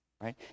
right